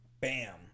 bam